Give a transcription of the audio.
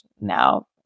now